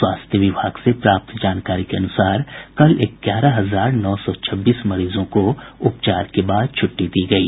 स्वास्थ्य विभाग से प्राप्त जानकारी के अनुसार कल ग्यारह हजार नौ सौ छब्बीस मरीजों को उपचार के बाद छुट्टी दी गयी